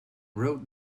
wrote